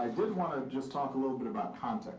did wanna just talk a little bit about